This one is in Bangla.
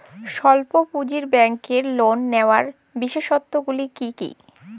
স্বল্প পুঁজির ব্যাংকের লোন নেওয়ার বিশেষত্বগুলি কী কী?